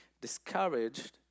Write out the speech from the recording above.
discouraged